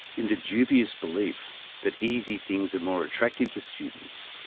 in the dubious belief that easy things are more attractive to students,